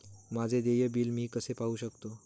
माझे देय बिल मी कसे पाहू शकतो?